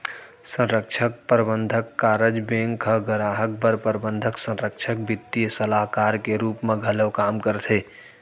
संरक्छक, परबंधक, कारज बेंक ह गराहक बर प्रबंधक, संरक्छक, बित्तीय सलाहकार के रूप म घलौ काम करथे